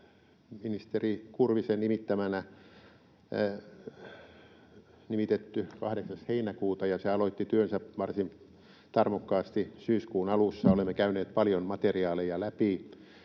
ministeri Kurvisen nimittämä, nimitetty 8. heinäkuuta, ja se aloitti työnsä varsin tarmokkaasti syyskuun alussa, olemme käyneet paljon materiaaleja läpi.